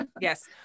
Yes